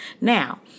Now